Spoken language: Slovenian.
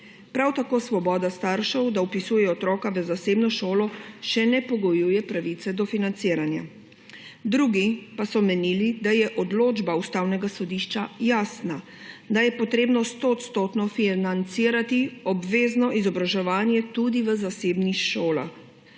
Prav tako svoboda staršev, da vpisujejo otroka v zasebno šolo, še ne pogojuje pravice do financiranja. Drugi pa so menili, da je odločba Ustavnega sodišča jasna, da je potrebno 100 % financirati obvezno izobraževanje tudi v zasebnih šolah.